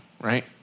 right